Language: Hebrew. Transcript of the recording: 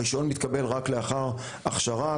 הרישיון מתקבל רק לאחר הכשרה,